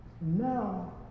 Now